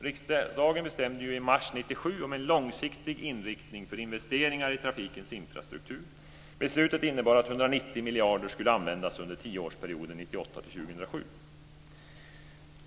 Riksdagen bestämde ju i mars 1997 om en långsiktig inriktning för investeringar i trafikens infrastruktur. Beslutet innebar att 190 miljarder skulle användas under tioårsperioden 1998-2007.